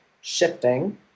shifting